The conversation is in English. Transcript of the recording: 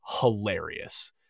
hilarious